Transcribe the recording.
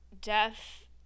death